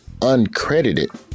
uncredited